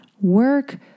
work